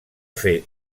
fer